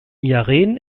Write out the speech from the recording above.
yaren